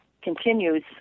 continues